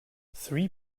three